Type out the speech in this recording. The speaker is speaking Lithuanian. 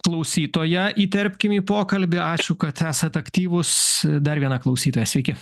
klausytoją įterpkim į pokalbį ačiū kad esat aktyvūs dar viena klausytoja sveiki